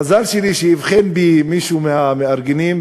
מזל שלי שהבחין בי מישהו מהמארגנים,